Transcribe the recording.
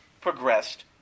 progressed